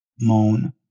moan